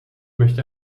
möchte